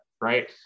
right